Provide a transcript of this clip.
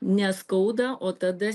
neskauda o tada